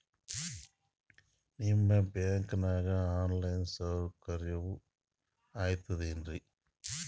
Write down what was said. ನಿಮ್ಮ ಬ್ಯಾಂಕನಾಗ online ಸೌಕರ್ಯ ಐತೇನ್ರಿ?